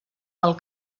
del